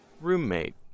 roommate